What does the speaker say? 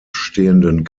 stehenden